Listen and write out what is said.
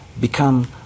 become